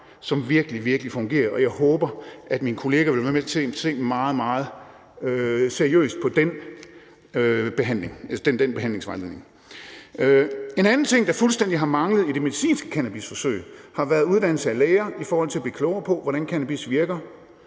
som virkelig, virkelig fungerer, og jeg håber, at mine kollegaer vil være med til at se meget, megetseriøst på den behandlingsvejledning. En anden ting, der fuldstændig har manglet i det medicinske cannabisforsøg, har været uddannelse af læger i forhold til at blive klogere på, hvordan cannabis virker,